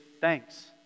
thanks